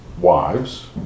wives